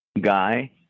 guy